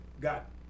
got